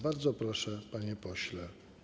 Bardzo proszę, panie pośle.